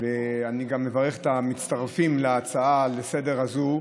אני גם מברך את המצטרפים להצעה לסדר-היום הזאת.